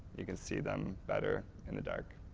you can see them better in the dark.